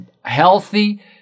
healthy